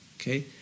Okay